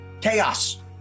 chaos